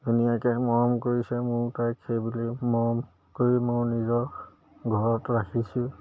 ধুনীয়াকৈ মৰম কৰিছে মোৰ তাইক সেইবুলি মৰম কৰি মই নিজৰ ঘৰত ৰাখিছোঁ